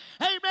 amen